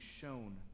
shown